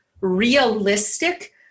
realistic